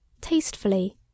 tastefully